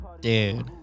dude